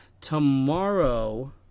tomorrow